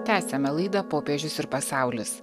tęsiame laidą popiežius ir pasaulis